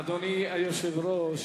יוגב.